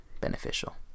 beneficial